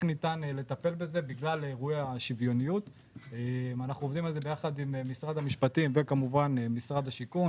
ניתן לטפל בזה עם משרד המשפטים ועם משרד השיכון.